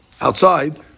outside